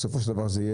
בסופו של דבר זה יהיה